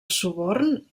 suborn